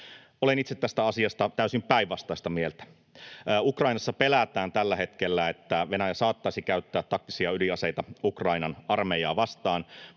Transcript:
Olen itse tästä asiasta täysin päinvastaista mieltä. Ukrainassa pelätään tällä hetkellä, että Venäjä saattaisi käyttää taktisia ydinaseita Ukrainan armeijaa vastaan,